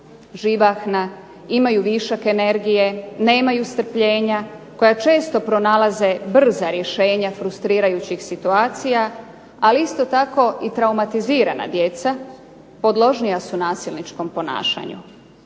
živahna, imaju višak energije, nemaju strpljenja, koja često pronalaze brza rješenja frustrirajućih situacija ali isto tako i traumatizirana djeca podložnija su nasilničkom ponašanju,